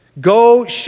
Go